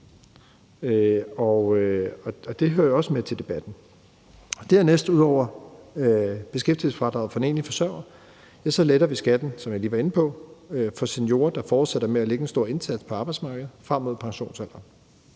Det hører jo også med til debatten. Ud over beskæftigelsesfradraget for enlige forsørgere letter vi skatten, som jeg lige var inde på, for seniorer, der fortsætter med at lægge en stor indsats på arbejdsmarkedet frem mod pensionsalderen.